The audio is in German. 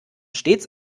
stets